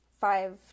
five